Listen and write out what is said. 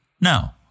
No